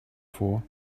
for